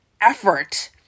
effort